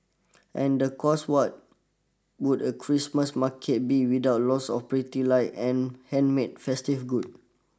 and the course what would a Christmas market be without lots of pretty lights and handmade festive goods